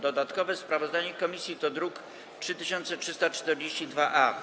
Dodatkowe sprawozdanie komisji to druk nr 3342-A.